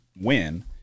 win –